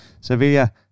Sevilla